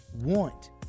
want